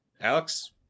Alex